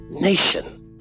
nation